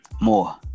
more